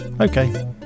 Okay